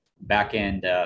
back-end